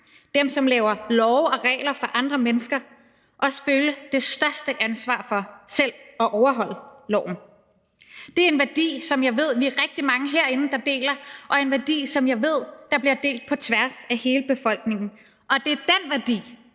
dem, som laver love og regler for andre mennesker, også føle det største ansvar for selv at overholde loven. Det er en værdi, som jeg ved vi er rigtig mange herinde der deler, og en værdi, som jeg ved bliver delt på tværs af hele befolkningen, og det er den værdi,